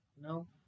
No